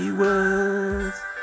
words